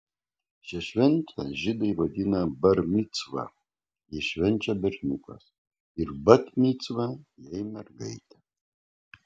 šią šventę žydai vadina bar micva jei švenčia berniukas ir bat micva jei mergaitė